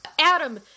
Adam